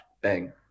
bang